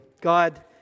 God